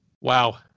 Wow